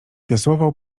wiosłował